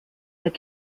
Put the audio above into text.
der